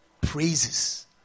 praises